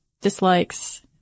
dislikes